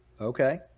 Okay